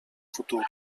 futur